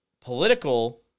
political